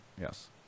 yes